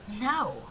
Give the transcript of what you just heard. No